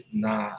na